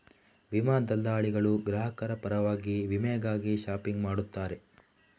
ವಿಮಾ ದಲ್ಲಾಳಿಗಳು ಗ್ರಾಹಕರ ಪರವಾಗಿ ವಿಮೆಗಾಗಿ ಶಾಪಿಂಗ್ ಮಾಡುತ್ತಾರೆ